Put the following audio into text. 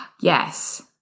Yes